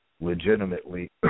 legitimately